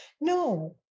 no